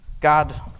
God